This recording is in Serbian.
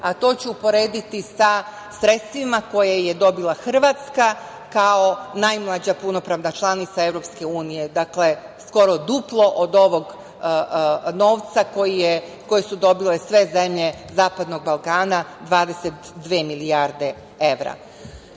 a to ću uporediti sa sredstvima koje je dobila Hrvatska, kao najmlađa punopravna članica EU, dakle, skoro duplo od ovog novca koje su dobile sve zemlje zapadnog Balkana, 22 milijarde